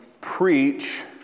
preach